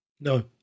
No